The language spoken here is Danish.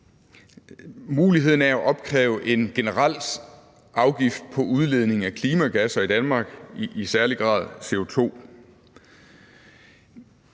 muligheden for at opkræve en generel afgift på udledning af klimagasser i Danmark, i særlig grad CO2.